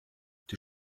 die